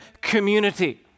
community